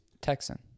Texan